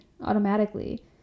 automatically